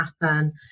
happen